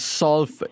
solve